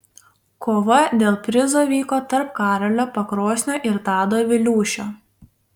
kova dėl prizo vyko tarp karolio pakrosnio ir tado viliūšio